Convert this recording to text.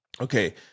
Okay